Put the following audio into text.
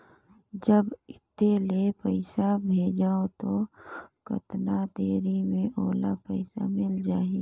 जब इत्ते ले पइसा भेजवं तो कतना देरी मे ओला पइसा मिल जाही?